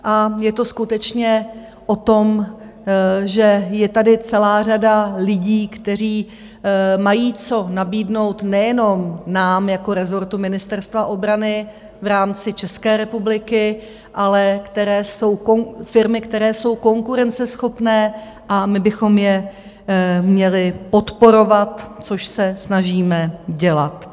A je to skutečně o tom, že je tady celá řada lidí, kteří mají co nabídnout nejenom nám jako rezortu Ministerstva obrany v rámci České republiky, ale firmy, které jsou konkurenceschopné, a my bychom je měli podporovat, což se snažíme dělat.